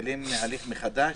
מתחילים הליך מחדש,